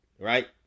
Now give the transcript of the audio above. right